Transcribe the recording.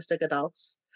adults